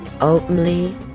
openly